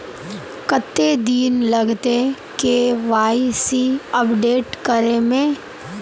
कते दिन लगते के.वाई.सी अपडेट करे में?